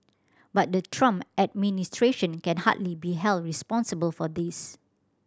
but the Trump administration can hardly be held responsible for this